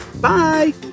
Bye